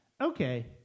Okay